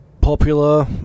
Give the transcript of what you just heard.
popular